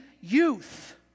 youth